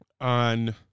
on